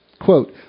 quote